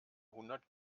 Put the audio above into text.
hundert